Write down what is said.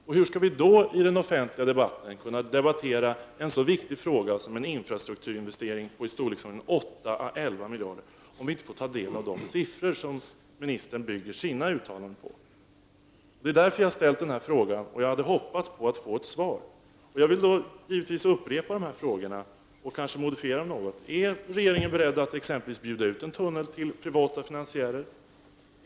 Men hur skall vi i den offentliga debatten kunna debattera en så viktig fråga som en infrastrukturinvestering på 811 miljarder om vi inte får ta del av de siffror som ministern bygger sina uttalanden på? Det är därför som jag har ställt denna fråga, och jag hade hoppats att få ett svar. Jag vill givetvis upprepa dessa frågor och kanske modifiera dem något. Är regeringen beredd att exempelvis bjuda ut en tunnel till privata finansiärer?